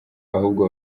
ahubwo